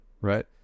right